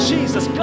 Jesus